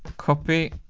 copy,